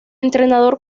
entrenador